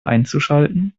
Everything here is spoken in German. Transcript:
einzuschalten